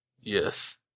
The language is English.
Yes